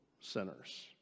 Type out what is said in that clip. sinners